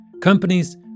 Companies